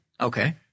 Okay